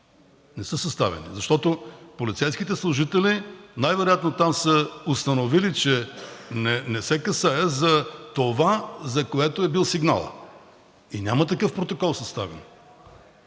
не са съставяни, защото полицейските служители най-вероятно там са установили, че не се касае за това, за което е бил сигналът, и няма съставен